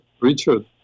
Richard